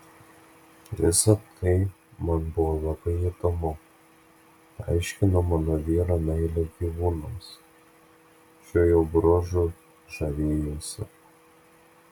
visa tai man buvo labai įdomu paaiškino mano vyro meilę gyvūnams šiuo jo bruožu žavėjausi